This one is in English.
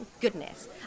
Goodness